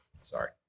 sorry